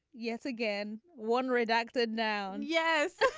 yes again one redacted now. and yes